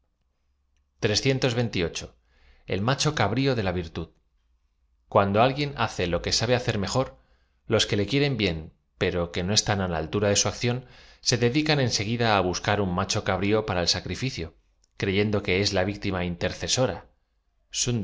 fal macho cabrio de la virtud cuando alguieo hace lo que sabe hacer mejor los que le quieren bien pero que d o eatáa á la altura de su acciónf se dedican enseguida á buscar ud macho ca brío para el sacrificio creyendo que es la victim a io